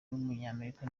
w’umunyamerika